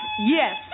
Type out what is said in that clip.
Yes